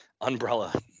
umbrella